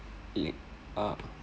wait ah